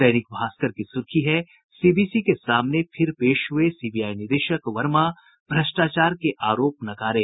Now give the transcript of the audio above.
दैनिक भास्कर की सुर्खी है सीवीसी के सामने फिर पेश हुये सीबीआई निदेशक वर्मा भ्रष्टाचार के आरोप नकारे